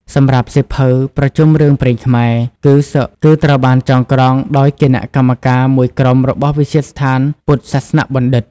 សម្រាប់សៀវភៅ ប្រជុំរឿងព្រេងខ្មែរ គឺត្រូវបានចងក្រងដោយគណៈកម្មការមួយក្រុមរបស់វិទ្យាស្ថានពុទ្ធសាសនបណ្ឌិត្យ។